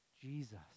Jesus